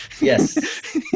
Yes